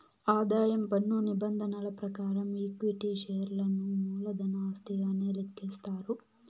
ఆదాయం పన్ను నిబంధనల ప్రకారం ఈక్విటీ షేర్లను మూలధన ఆస్తిగానే లెక్కిస్తారు